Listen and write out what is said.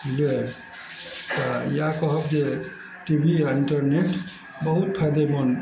बुझलियै तऽ इएह कहब जे टी वी या इंटरनेट बहुत फायदेमन्द